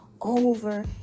over